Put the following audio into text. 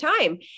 time